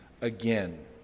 again